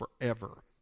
forever